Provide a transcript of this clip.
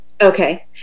Okay